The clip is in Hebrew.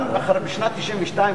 גם בשנת 1992,